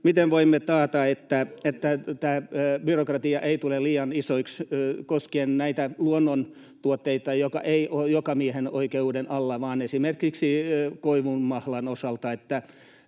miten voimme taata, että tämä byrokratia ei tule liian isoksi koskien näitä luonnontuotteita, jotka eivät ole jokamiehenoikeuden alla, esimerkiksi koivunmahlan osalta?